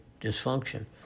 dysfunction